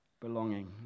Belonging